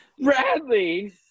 Bradley